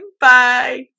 bye